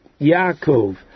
Yaakov